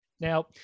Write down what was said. Now